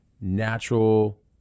natural